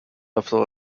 after